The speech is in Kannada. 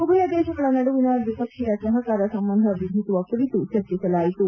ಉಭಯ ದೇಶಗಳ ನಡುವಿನ ದ್ವಿಪಕ್ಷೀಯ ಸಹಕಾರ ಸಂಬಂಧ ವ್ಟದ್ದಿಸುವ ಕುರಿತು ಚರ್ಚಿಸಲಾಯಿತು